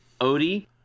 Odie